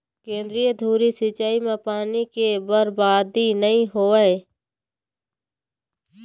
केंद्रीय धुरी सिंचई म पानी के बरबादी नइ होवय